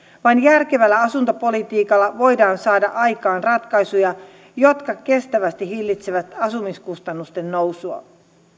vain järkevällä asuntopolitiikalla voidaan saada aikaan ratkaisuja jotka kestävästi hillitsevät asumiskustannusten nousua